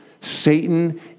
Satan